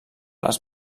les